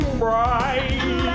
bright